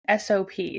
SOPs